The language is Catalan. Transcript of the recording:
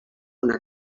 una